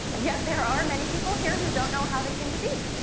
yet, there are many people here who don't know how they came to be.